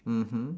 mmhmm